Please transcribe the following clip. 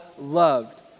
Loved